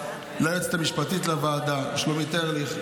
ליועצת המשפטית לוועדה שלומית ארליך,